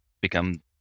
become